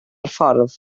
ffordd